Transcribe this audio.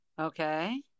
okay